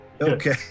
Okay